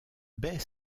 baies